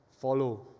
follow